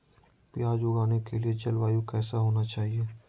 प्याज उगाने के लिए जलवायु कैसा होना चाहिए?